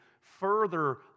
further